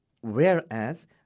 Whereas